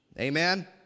Amen